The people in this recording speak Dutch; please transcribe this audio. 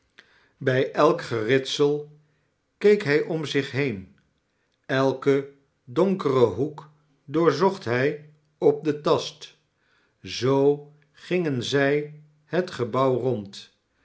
bij elk geritsel keek hij om zich heen elken donkeren hoek doorzocht hij op den tast zoo gingen zij het gebouw rond